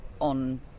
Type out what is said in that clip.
on